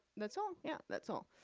that's all, yeah? that's all,